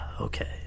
Okay